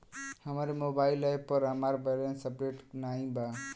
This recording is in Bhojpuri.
हमरे मोबाइल एप पर हमार बैलैंस अपडेट नाई बा